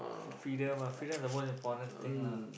for freedom ah freedom is the most important thing lah